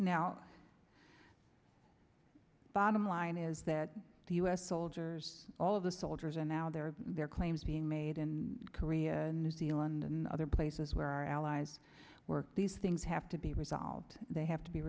now bottom line is that the u s soldiers all of the soldiers and now there are their claims being made in korea and new zealand and other places where our allies work these things have to be resolved they have